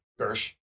Gersh